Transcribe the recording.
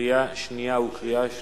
קריאה שנייה וקריאה שלישית.